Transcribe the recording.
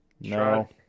No